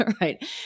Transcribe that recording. right